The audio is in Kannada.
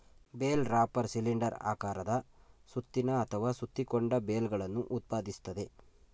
ಬೇಲ್ ರಾಪರ್ ಸಿಲಿಂಡರ್ ಆಕಾರದ ಸುತ್ತಿನ ಅಥವಾ ಸುತ್ತಿಕೊಂಡ ಬೇಲ್ಗಳನ್ನು ಉತ್ಪಾದಿಸ್ತದೆ